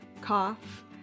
cough